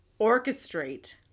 orchestrate